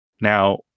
Now